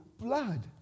blood